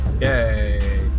Yay